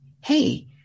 Hey